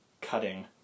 cutting